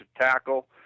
tackle